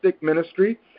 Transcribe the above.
ministry